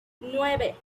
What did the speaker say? nueve